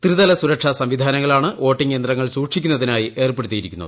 ത്രിതല സുരക്ഷാ സംവിധാനങ്ങളാണ് വോട്ടിംഗ് യന്ത്രങ്ങൾ സൂക്ഷിക്കുന്നതിനായി ഏർപ്പെടുത്തിയിരിക്കുന്നത്